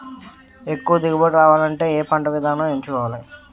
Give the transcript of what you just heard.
ఎక్కువ దిగుబడి రావాలంటే ఏ పంట విధానం ఎంచుకోవాలి?